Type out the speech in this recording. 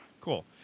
Cool